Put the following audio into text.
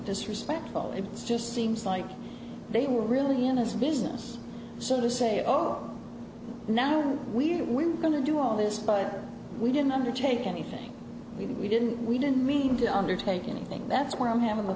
disrespectful it just seems like they were really in this business so to say ok now we're we're going to do all this but we didn't undertake anything we did we didn't we didn't mean to undertake anything that's why i'm having a